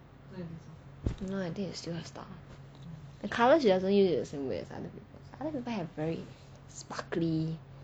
no I think it's still her style the colour she doesn't use the same way as other people other people have very sparkly